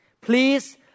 Please